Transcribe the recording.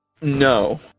No